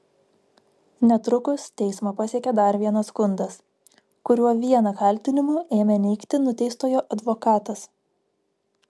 netrukus teismą pasiekė dar vienas skundas kuriuo vieną kaltinimų ėmė neigti nuteistojo advokatas